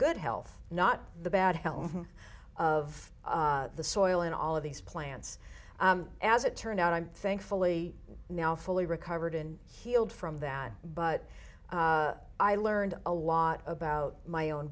good health not the bad health of the soil and all of these plants as it turned out i'm thankfully now fully recovered and healed from that but i learned a lot about my own